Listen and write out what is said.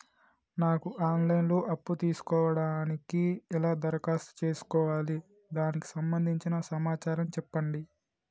నాకు online లో అప్పు తీసుకోవడానికి ఎలా దరఖాస్తు చేసుకోవాలి దానికి సంబంధించిన సమాచారం చెప్పండి?